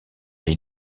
les